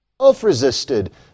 self-resisted